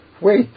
wait